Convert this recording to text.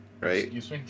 Right